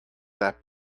that